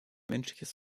menschliches